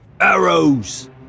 Arrows